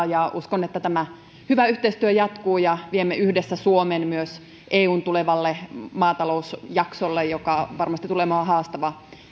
ja uskon että tämä hyvä yhteistyö jatkuu ja viemme yhdessä suomen myös eun tulevalle maatalousjaksolle joka varmasti tulee olemaan haastava